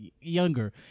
younger